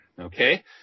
okay